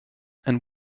and